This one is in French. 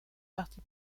parti